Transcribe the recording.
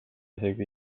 isegi